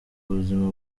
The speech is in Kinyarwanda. buzima